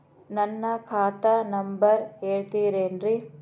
ನನ್ನ ಖಾತಾ ನಂಬರ್ ಹೇಳ್ತಿರೇನ್ರಿ?